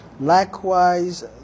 likewise